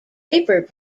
vapor